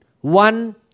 one